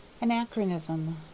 Anachronism